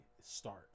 start